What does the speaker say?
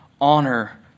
honor